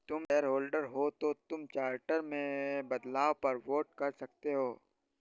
तुम शेयरहोल्डर हो तो तुम चार्टर में बदलाव पर वोट कर सकते हो